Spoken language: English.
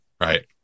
Right